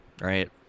Right